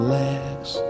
legs